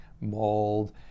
mold